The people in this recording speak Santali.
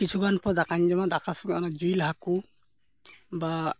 ᱠᱤᱪᱷᱩᱜᱟᱱ ᱯᱚᱨ ᱫᱟᱠᱟᱧ ᱡᱚᱢᱟ ᱫᱟᱠᱟ ᱥᱚᱸᱜᱮᱡ ᱚᱱᱟ ᱡᱤᱞ ᱦᱟᱹᱠᱚ ᱵᱟ